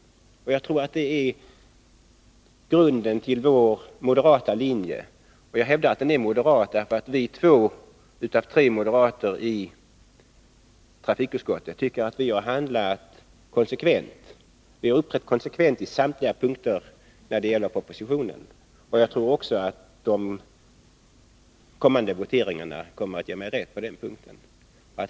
Det är grunden till vår moderata linje. Jag hävdar att den är moderat, därför att vi — två av tre moderater i trafikutskottet — tycker att vi har uppträtt konsekvent när det gäller samtliga punkter i propositionen. Och jag tror att de kommande voteringarna kommer att ge mig rätt på den punkten.